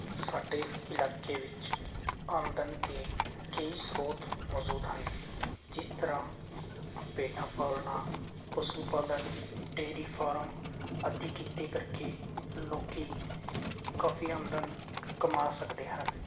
ਸਾਡੇ ਇਲਾਕੇ ਵਿੱਚ ਆਮਦਨ ਦੇ ਕਈ ਸਰੋਤ ਮੌਜੂਦ ਹਨ ਜਿਸ ਤਰ੍ਹਾਂ ਭੇਡਾਂ ਪਾਲਣਾ ਪਸ਼ੂ ਪਾਲਣ ਡੇਰੀ ਫਾਰਮ ਆਦਿ ਕਿੱਤੇ ਕਰਕੇ ਲੋਕ ਕਾਫੀ ਆਮਦਨ ਕਮਾ ਸਕਦੇ ਹਨ